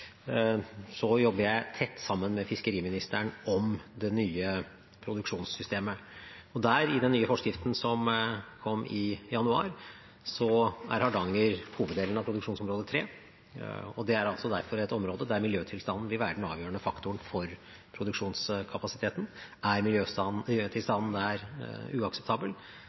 Så jobber jeg tett sammen med fiskeriministeren om det nye produksjonssystemet. I den nye forskriften som kom i januar, er Hardanger hoveddelen av produksjonsområde 3, og det er derfor et område der miljøtilstanden vil være den avgjørende faktoren for produksjonskapasiteten. Er